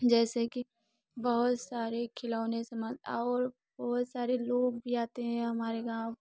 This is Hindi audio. जैसे कि बहुत सारे खिलौने समान और बहुत सारे लोग भी आते हैं हमारे गाँव